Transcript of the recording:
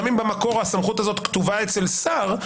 גם אם מקור הסמכות הזאת כתובה אצל שר,